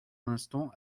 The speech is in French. l’instant